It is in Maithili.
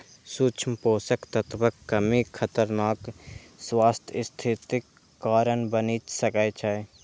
सूक्ष्म पोषक तत्वक कमी खतरनाक स्वास्थ्य स्थितिक कारण बनि सकै छै